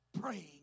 praying